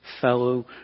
fellow